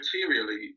materially